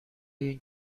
این